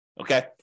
okay